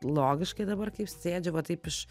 logiškai dabar kaip sėdžiu va taip iš